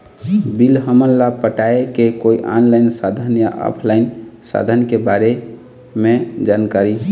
Bill हमन ला पटाए के कोई ऑनलाइन साधन या ऑफलाइन साधन के बारे मे जानकारी?